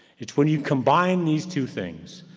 it's when you combine these two things,